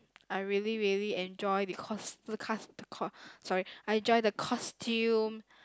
I really really enjoy because the custom sorry I enjoy the costume